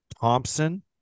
Thompson